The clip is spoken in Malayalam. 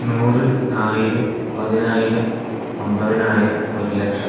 നൂറ് ആയിരം പതിനായിരം അമ്പതിനായിരം ഒരു ലക്ഷം